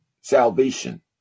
salvation